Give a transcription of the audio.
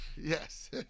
Yes